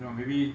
you know maybe